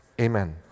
amen